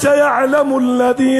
ישמרני אלוהים